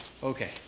Okay